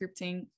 scripting